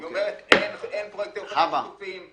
היא אומרת: אין כבר פרויקטים לאופניים שיתופיים.